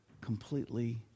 completely